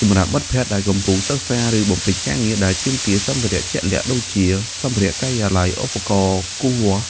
សម្រាប់មិត្តភក្តិដែលកំពុងសិក្សា ឬបំពេញការងារដែលទាមទារសម្ភារៈជាក់លាក់ ដូចជាសម្ភារៈការិយាល័យ ឧបករណ៍គូសវាស់